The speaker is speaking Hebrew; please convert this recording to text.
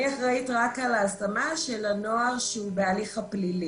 אני אחראית רק על ההשמה של הנוער שהוא בהליך הפלילי.